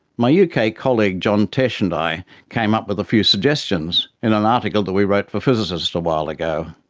my yeah uk colleague john tesh and i came up with a few suggestions in an article that we wrote for physicists a while ago.